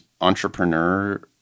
entrepreneur